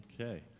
Okay